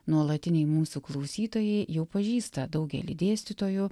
nuolatiniai mūsų klausytojai jau pažįsta daugelį dėstytojų